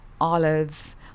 olives